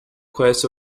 quest